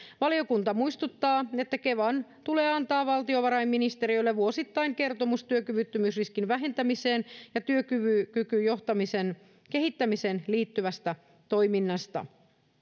valiokunta muistuttaa että kevan tulee antaa valtiovarainministeriölle vuosittain kertomus työkyvyttömyysriskin vähentämiseen ja työkykyjohtamisen kehittämiseen liittyvästä toiminnasta